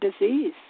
disease